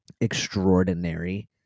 extraordinary